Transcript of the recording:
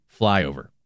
flyover